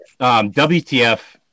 wtf